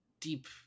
deep